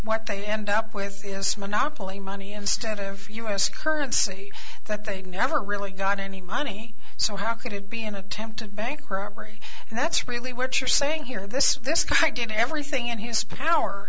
what they end up with this monopoly money instead of u s currency that they never really got any money so how could it be an attempted bank robbery and that's really what you're saying here this this guy did everything in his power